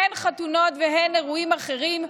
הן חתונות והן אירועים אחרים,